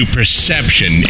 Perception